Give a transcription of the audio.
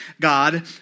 God